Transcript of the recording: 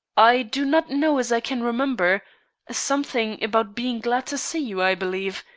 i do not know as i can remember something about being glad to see you, i believe,